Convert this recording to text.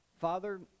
Father